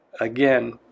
again